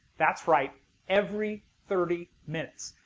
that's right every thirty minutes.